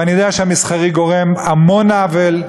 ואני יודע שהמסחרי גורם המון עוול,